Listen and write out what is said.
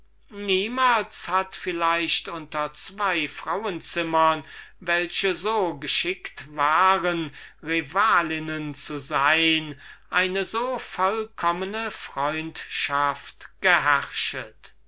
niemalen hat vielleicht unter zwo frauenzimmern welche so geschickt waren rivalinnen zu sein eine so zärtliche und vollkommne freundschaft geherrschet